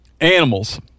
animals